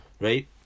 right